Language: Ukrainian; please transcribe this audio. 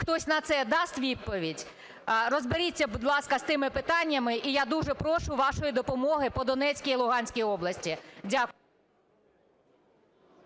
хтось на це дасть відповідь? Розберіться, будь ласка, з тими питаннями. І я дуже прошу вашої допомоги по Донецькій і Луганській області. Дякую.